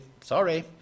Sorry